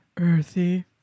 earthy